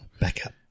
Backup